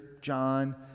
John